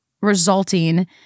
resulting